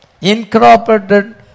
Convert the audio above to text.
Incorporated